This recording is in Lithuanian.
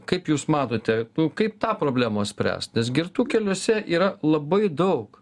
kaip jūs matote kaip tą problemą spręsti nes girtų keliuose yra labai daug